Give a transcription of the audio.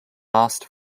last